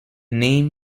name